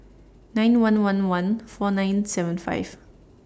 nine one one one four nine seven five